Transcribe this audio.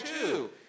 two